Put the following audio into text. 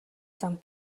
зам